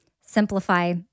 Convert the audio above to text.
simplify